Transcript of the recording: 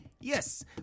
Yes